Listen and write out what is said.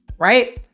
right?